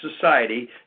society